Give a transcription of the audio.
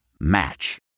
Match